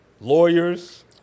lawyers